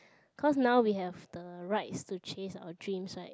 cause now we have the rights to chase our dreams right